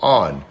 on